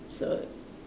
so